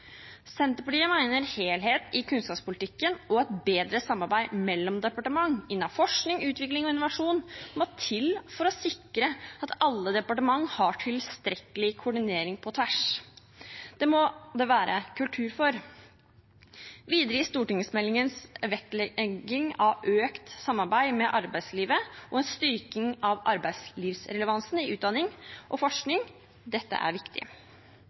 Senterpartiet mener helhet i kunnskapspolitikken og et bedre samarbeid mellom departement innen forskning, utvikling og innovasjon må til for å sikre at alle departement har tilstrekkelig koordinering på tvers. Det må det være kultur for. Videre i stortingsmeldingen vektlegges økt samarbeid med arbeidslivet og en styrking av arbeidslivsrelevansen i utdanning og forskning. Dette er viktig.